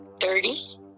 Thirty